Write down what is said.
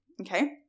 Okay